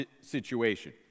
situation